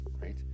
right